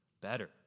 better